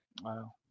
Wow